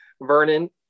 Vernon